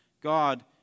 God